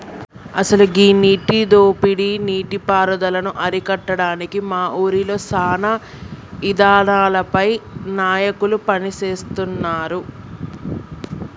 అసలు గీ నీటి దోపిడీ నీటి పారుదలను అరికట్టడానికి మా ఊరిలో సానా ఇదానాలపై నాయకులు పని సేస్తున్నారు